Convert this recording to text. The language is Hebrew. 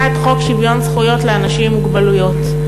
את חוק שוויון זכויות לאנשים עם מוגבלות,